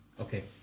Okay